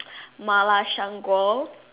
mala 香锅